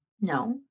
No